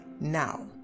Now